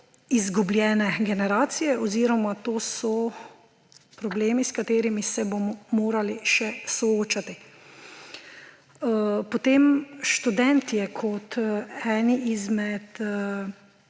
izgubljene generacije oziroma to so problemi, s katerimi se bomo morali še soočati. Potem, študentje kot eni izmed